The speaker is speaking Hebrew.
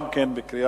התקבלה